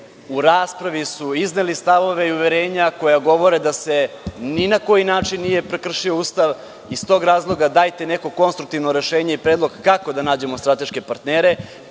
u raspravi izneli stavove i uverenja koja govore da se ni na koji način nije prekršio Ustav. Iz tog razloga dajte neko konstruktivno rešenje i predlog kako da nađemo strateške partnere,